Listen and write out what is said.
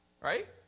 Right